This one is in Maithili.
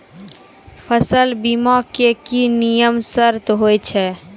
फसल बीमा के की नियम सर्त होय छै?